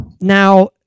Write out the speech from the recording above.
Now